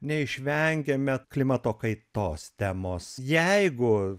neišvengiame klimato kaitos temos jeigu